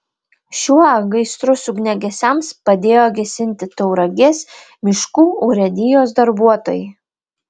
šiuo gaisrus ugniagesiams padėjo gesinti tauragės miškų urėdijos darbuotojai